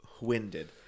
winded